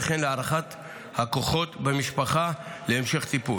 וכן להערכת הכוחות במשפחה להמשך טיפול.